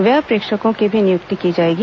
व्यय प्रेक्षकों की भी नियुक्ति की जाएगी